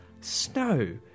Snow